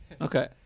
Okay